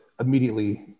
immediately